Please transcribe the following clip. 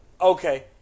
Okay